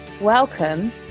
Welcome